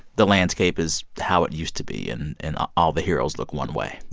the landscape is how it used to be and and all the heroes look one way?